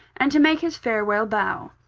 and to make his farewell bow.